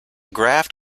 graft